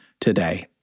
today